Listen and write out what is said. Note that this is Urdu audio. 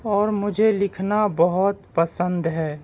اور مجھے لکھنا بہت پسند ہے